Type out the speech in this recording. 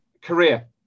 Korea